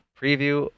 preview